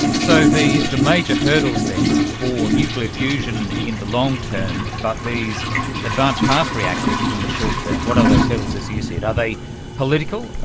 so the the major hurdles then for nuclear fusion in the long term but these advanced fast reactors in the short term, what are those hurdles as you see it? are they political,